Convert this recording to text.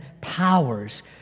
powers